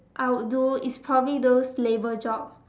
I would do is probably those labour jobs